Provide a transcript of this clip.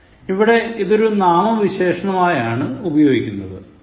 ഇവിടെ ഇതൊരു നാമവിശേഷണമായാണ് ഉപയോഗിക്കുനത്